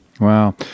Wow